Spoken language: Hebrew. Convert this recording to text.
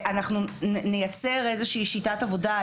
אנחנו נייצר איזושהי שיטת עבודה,